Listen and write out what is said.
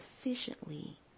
efficiently